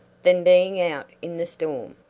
than being out in the storm.